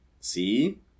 See